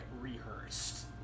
rehearsed